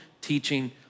teaching